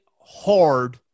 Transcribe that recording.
hard